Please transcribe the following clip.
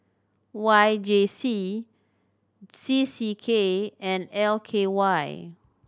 Y J C C C K and L K Y